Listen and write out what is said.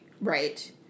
Right